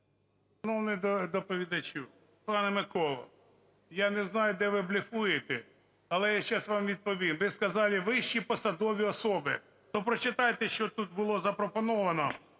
пане Миколо! Я не знаю, ще ви блефуєте, але я зараз вам відповім. Ви сказали "вищі посадові особи". То прочитайте, що тут було запропоновано